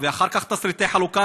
ואחר כך תשריטי חלוקה.